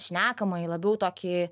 šnekamąjį labiau tokį